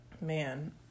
man